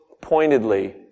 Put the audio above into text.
pointedly